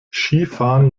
skifahren